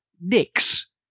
Nick's